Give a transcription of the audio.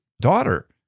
daughter